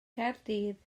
caerdydd